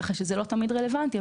כך שזה לא תמיד רלוונטי.